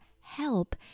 help